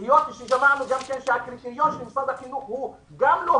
והיות ששמענו שגם הקריטריון של משרד החינוך לא הגיוני,